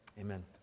Amen